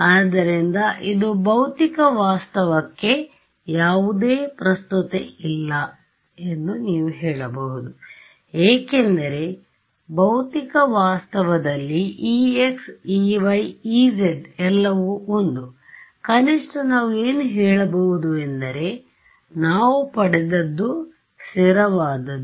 ಆದ್ದರಿಂದ ಇದು ಭೌತಿಕ ವಾಸ್ತವಕ್ಕೆ ಯಾವುದೇ ಪ್ರಸ್ತುತತೆ ಇಲ್ಲ ಎಂದು ನೀವು ಹೇಳಬಹುದು ಏಕೆಂದರೆ ಭೌತಿಕ ವಾಸ್ತವದಲ್ಲಿ ex ey ez ಎಲ್ಲವೂ 1 ಕನಿಷ್ಠ ನಾವು ಏನು ಹೇಳಬಹುದು ಎಂದರೆ ನಾವು ಪಡೆದದ್ದು ಸ್ಥಿರವಾದದ್ದು